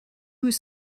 was